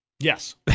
Yes